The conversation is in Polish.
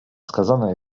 skazana